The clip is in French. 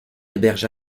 héberge